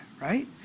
right